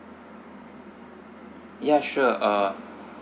ya sure uh